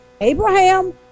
Abraham